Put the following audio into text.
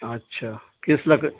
اچھا کس لک